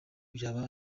byaba